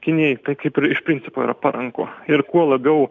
kinijai tai kaip iš principo yra paranku ir kuo labiau